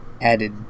added